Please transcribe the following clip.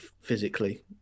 physically